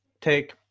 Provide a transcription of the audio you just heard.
take